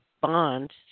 bond